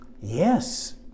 Yes